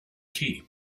key